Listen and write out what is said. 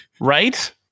Right